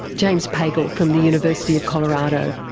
james pagel from the university of colorado.